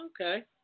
Okay